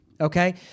okay